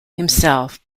himself